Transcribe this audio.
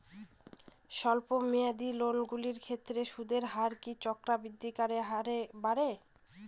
স্বল্প মেয়াদী লোনগুলির ক্ষেত্রে সুদের হার কি চক্রবৃদ্ধি হারে হবে?